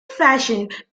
fashioned